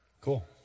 Cool